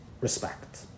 respect